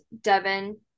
Devin